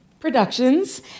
Productions